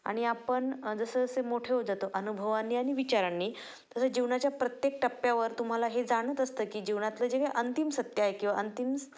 आणि आपण जसं असे मोठे हो जातो अनुभवांनी आणि विचारांनी तसं जीवनाच्या प्रत्येक टप्प्यावर तुम्हाला हे जाणत असतं की जीवनातले जे काही अंतिम सत्य आहे किंवा अंतिम